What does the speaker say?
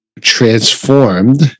transformed